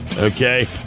Okay